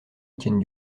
étienne